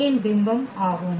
இன் பிம்பம் ஆகும்